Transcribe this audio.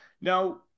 Now